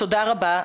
תודה רבה,